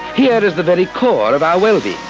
here is the very core of our well-being.